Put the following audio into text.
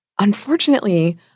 Unfortunately